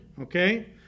okay